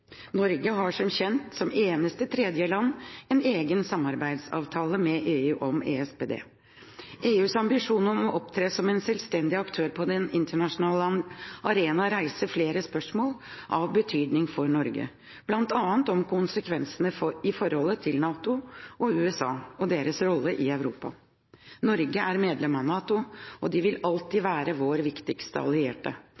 Norge har som kjent, som eneste tredjeland, en egen samarbeidsavtale med EU om ESDP. EUs ambisjon om å opptre som en selvstendig aktør på den internasjonale arenaen reiser flere spørsmål av betydning for Norge, bl.a. om konsekvensene for forholdet til NATO og USA og deres rolle i Europa. Norge er medlem av NATO, og det vil alltid